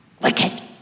wicked